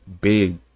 big